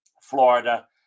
Florida